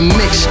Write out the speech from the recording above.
mix